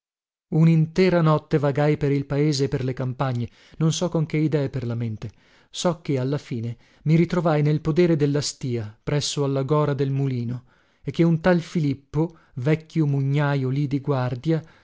unintera notte vagai per il paese e per le campagne non so con che idee per la mente so che alla fine mi ritrovai nel podere della stìa presso alla gora del molino e che un tal filippo vecchio mugnajo lì di guardia